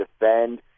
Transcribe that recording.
defend